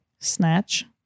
Snatch